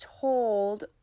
told